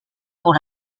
pour